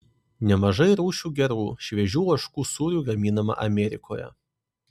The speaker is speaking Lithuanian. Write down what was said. nemažai rūšių gerų šviežių ožkų sūrių gaminama amerikoje